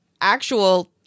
actual